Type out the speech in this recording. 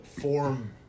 form